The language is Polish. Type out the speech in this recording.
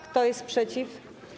Kto jest przeciw?